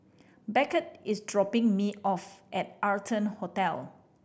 Beckett is dropping me off at Arton Hotel